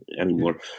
anymore